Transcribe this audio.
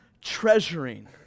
treasuring